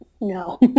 no